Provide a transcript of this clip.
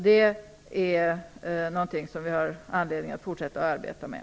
Det är något som vi har anledning att fortsätta att arbeta med.